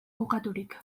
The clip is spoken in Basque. kokaturik